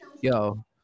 yo